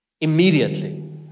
Immediately